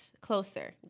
closer